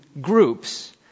groups